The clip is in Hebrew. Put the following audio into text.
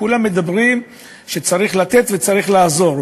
כולם מדברים שצריך לתת וצריך לעזור.